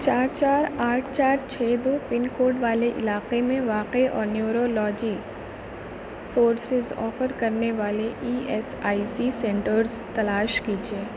چار چار آٹھ چار چھ دو پن کوڈ والے علاقے میں واقع اور نیورولوجی سروسز آفر کرنے والے E S I C centres تلاش کیجیے